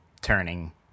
turning